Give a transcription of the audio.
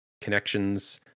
connections